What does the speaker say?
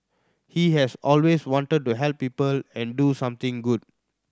he has always wanted to help people and do something good